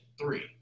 Three